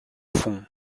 fond